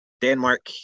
Denmark